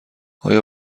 آیا